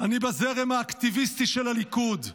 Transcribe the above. אני בזרם האקטיביסטי של הליכוד",